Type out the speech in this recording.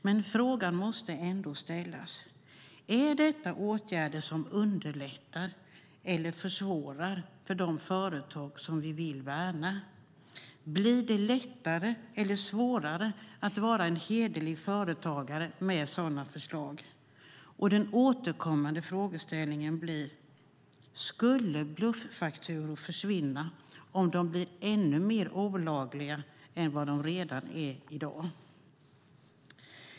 Men frågorna måste ändå ställas: Är detta åtgärder som underlättar eller försvårar för de företag vi vill värna? Blir det lättare eller svårare att vara en hederlig företagare med sådana förslag? Den återkommande frågan blir om bluffakturor skulle försvinna om de blir ännu mer olagliga än de redan är i dag.